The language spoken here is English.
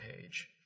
page